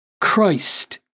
Christ